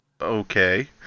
okay